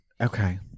Okay